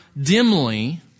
dimly